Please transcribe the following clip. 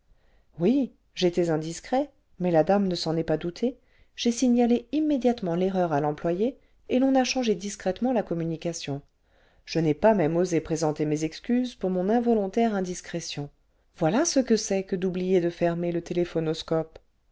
oui j'étais indiscret mais la dame ne s'en est pas doutée j'ai signalé immédiatement l'erreur à l'employé et l'on a changé discrètement la communication je n'ai pas même osé présenter mes excuses pour mon involontaire indiscrétion voilà ce que c'est que d'oubber de fermer le